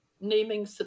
naming